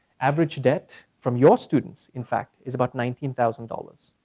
average debt from your students, in fact, is about nineteen thousand dollars.